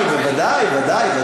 "הצריף של תמרי", בוודאי, ודאי.